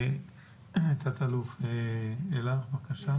תא"ל אלה שדו, בבקשה.